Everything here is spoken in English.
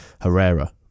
Herrera